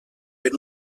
per